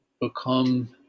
become